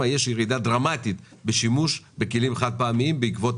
"פח ירוק" התכוונתי לפח הרגיל ובמקרה הצבע שלו הוא ירוק,